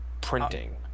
printing